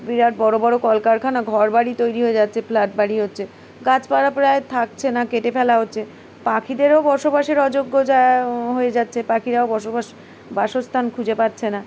বিরাট বড়ো বড়ো কলকারখানা ঘরবাড়ি তৈরি হয়ে যাচ্ছে ফ্ল্যাট বাড়ি হচ্ছে গাছপড়া প্রায় থাকছে না কেটে ফেলা হচ্ছে পাখিদেরও বসবাসের অযোগ্য যা হয়ে যাচ্ছে পাখিরাও বসবাস বাসস্থান খুঁজে পাচ্ছে না